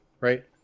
Right